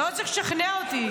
אתה לא צריך לשכנע אותי.